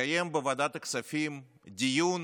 התקיים בוועדת הכספים דיון